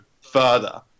further